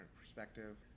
perspective